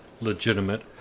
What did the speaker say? legitimate